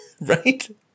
Right